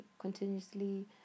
continuously